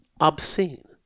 Obscene